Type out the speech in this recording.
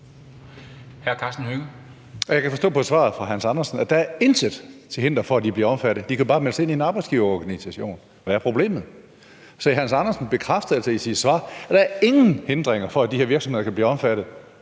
Jeg kan forstå på svaret fra hr. Hans Andersen, at der intet er til hinder for, at de bliver omfattet. De kan bare melde sig ind i en arbejdsgiverorganisation. Hvad er problemet? Så hr. Hans Andersen bekræftede altså i sit svar, at der ingen hindringer er for, at de her virksomheder kan blive omfattet.